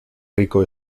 rico